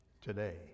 today